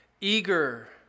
eager